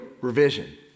revision